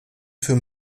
für